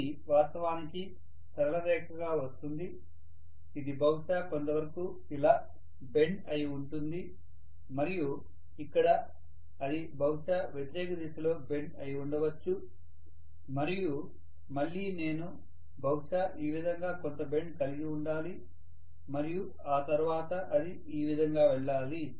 ఇది వాస్తవానికి సరళ రేఖగా వస్తుంది ఇది బహుశా కొంతవరకు ఇలా బెండ్ అయి ఉంటుంది మరియు ఇక్కడ అది బహుశా వ్యతిరేక దిశలో బెండ్ అయి ఉండవచ్చు మరియు మళ్ళీ నేను బహుశా ఈ విధంగా కొంత బెండ్ కలిగి ఉండాలి మరియు ఆ తర్వాత అది ఈ విధంగా వెళ్లాలి